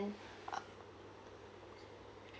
uh